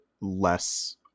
less